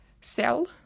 sell